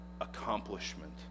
accomplishment